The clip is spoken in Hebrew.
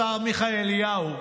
השר עמיחי אליהו,